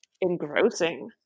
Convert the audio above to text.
engrossing